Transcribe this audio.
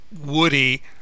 Woody